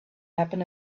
happen